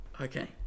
Okay